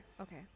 okay